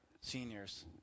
seniors